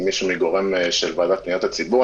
כזאת מגורם של הוועדה לפניות הציבור.